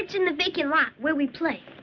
in the vacant lot where we play.